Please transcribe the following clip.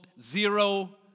zero